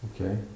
Okay